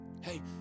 Hey